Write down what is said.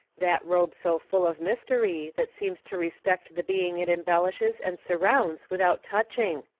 that robe so full of mystery, that seems to respect the being it embellishes and surrounds without touching?